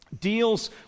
Deals